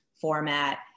format